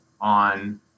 on